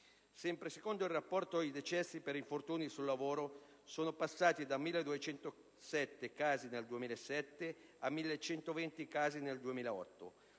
Sempre secondo il rapporto, i decessi per infortuni sul lavoro sono passati da 1.207 nel 2007 a 1.120 nel 2008,